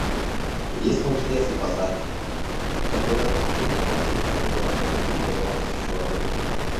jis mums tiesiai pasakė kad yra turtingų ir įtakingų asmenų kurie domisi šiuo objektu